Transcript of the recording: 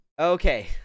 Okay